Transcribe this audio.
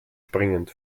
springend